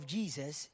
Jesus